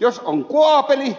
jos on kuapeli